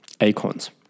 acorns